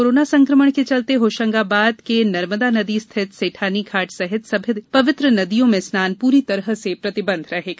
corona संक्रमण के चलते होशंगाबाद के नर्मदा नदी स्थित सेठानीघाट सहित सभी पवित्र नदियों में स्नान पूरी तरह से प्रतिबंधित रहेगा